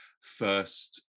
first